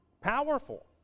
powerful